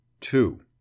Two